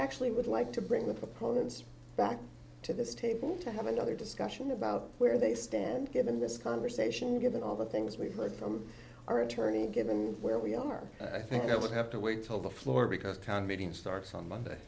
actually would like to bring the proponents back to this table to have another discussion about where they stand given this conversation given all the things we've heard from our attorneys given where we are i think i would have to wait till the floor because con meeting starts on monday